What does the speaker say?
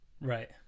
Right